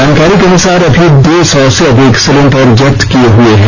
जानकारी के अनुसार अभी दो सौ से अधिक सिलिंडर जब्त किये हुए हैं